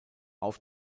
auf